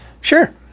Sure